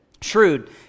Shrewd